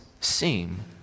seem